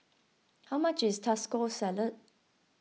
how much is Taco Salad